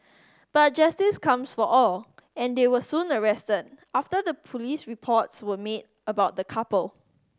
but justice comes for all and they were soon arrested after the police reports were made about the couple